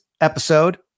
episode